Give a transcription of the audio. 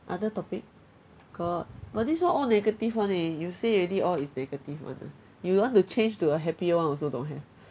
other topic got but this one all negative [one] eh you say already all is negative [one] ah you want to change to a happy [one] also don't have